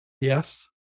Yes